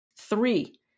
Three